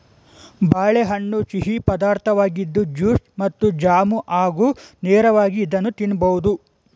ಬಾಳೆಹಣ್ಣು ಸಿಹಿ ಪದಾರ್ಥವಾಗಿದ್ದು ಜ್ಯೂಸ್ ಮತ್ತು ಜಾಮ್ ಹಾಗೂ ನೇರವಾಗಿ ಇದನ್ನು ತಿನ್ನಬೋದು